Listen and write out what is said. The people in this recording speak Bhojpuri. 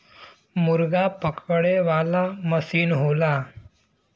मुरगा पकड़े वाला मसीन होला